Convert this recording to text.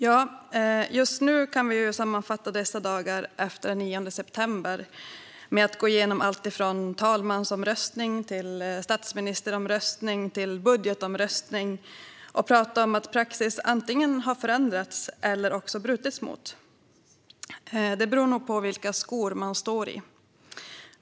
Ja, just nu kan vi sammanfatta dagarna sedan den 9 september med att gå igenom alltifrån talmansomröstning till statsministeromröstning och budgetomröstning. Vi kan prata om att praxis antingen har förändrats eller brutits; vad man väljer att säga beror nog på vilka skor man står i.